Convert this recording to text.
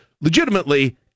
legitimately